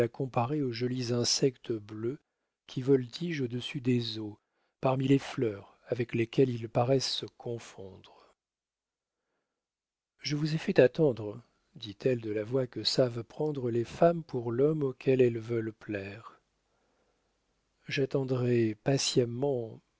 comparer aux jolis insectes bleus qui voltigent au-dessus des eaux parmi les fleurs avec lesquelles ils paraissent se confondre je vous ai fait attendre dit-elle de la voix que savent prendre les femmes pour l'homme auquel elles veulent plaire j'attendrais patiemment